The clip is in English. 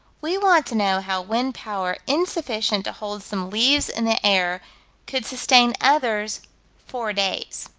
we want to know how wind-power insufficient to hold some leaves in the air could sustain others four days.